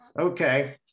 Okay